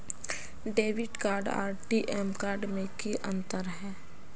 Debit card आर ATM card में की अंतर है?